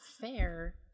fair